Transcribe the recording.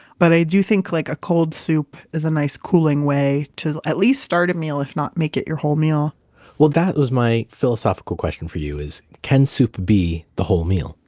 but i do think like a cold soup is a nice cooling way to at least start a meal, if not make it your whole meal well, that was my philosophical question for you is can soup be the whole meal?